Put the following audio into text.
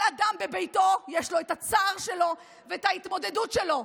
כל אדם בביתו יש לו את הצער שלו ואת ההתמודדות שלו,